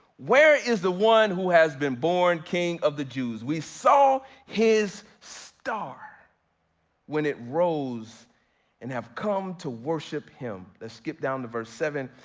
where is the one who has been born king of the jews? we saw his star when it rose and have come to worship him. let's skip down to verse seven.